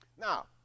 Now